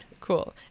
Cool